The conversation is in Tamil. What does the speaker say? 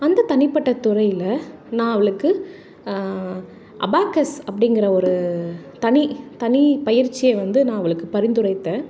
அந்த தனிப்பட்ட துறையில் நான் அவளுக்கு அபாகஸ் அப்படிங்கிற ஒரு தனி தனி பயிற்சியை வந்து நான் அவளுக்கு பரிந்துரைத்தேன்